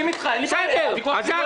אני מסכים איתך, אין לי בעיה.